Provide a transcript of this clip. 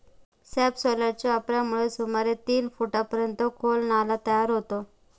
सबसॉयलरच्या वापरामुळे सुमारे तीन फुटांपर्यंत खोल नाला तयार होतो